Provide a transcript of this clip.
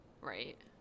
Right